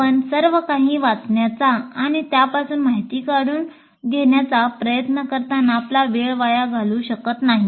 आपण सर्वकाही वाचण्याचा आणि त्यापासून माहिती काढून घेण्याचा प्रयत्न करताना आपला वेळ वाया घालवू शकत नाही